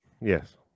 Yes